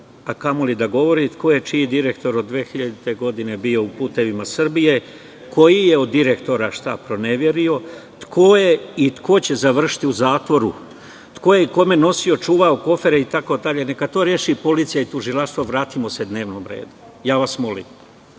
a kamoli da govori ko je čiji direktor bio 2000. godine u "Putevima Srbije", koji je od direktora šta proneverio, ko je i ko će završiti u zatvoru, ko je kome nosio, čuvao kofere itd. Neka to reši policija i tužilaštvo. Vratimo se dnevnom redu. Hvala.